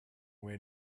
way